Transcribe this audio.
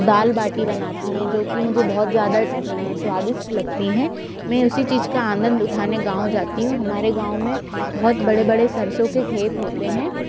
दाल बाटी बनाती है जो कि मुझे बहुत ज़्यादा स्वादिष्ट लगती हैं मैं उसी चीज़ का आनंद उठाने गाँव जाती हूँ हमारे गाँव में बहुत बड़े बड़े सरसों के खेत होते हैं